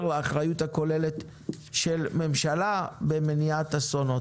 לאחריות הכוללת של ממשלה במניעת אסונות.